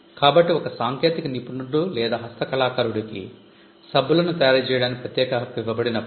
కాబట్టి ఒక సాంకేతిక నిపుణుడు లేదా హస్తకళాకారుడికి సబ్బులను తయారు చేయడానికి ప్రత్యేక హక్కు ఇవ్వబడినప్పుడు